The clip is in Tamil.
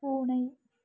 பூனை